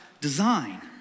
design